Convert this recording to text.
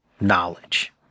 knowledge